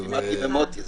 ברוכים הנמצאים.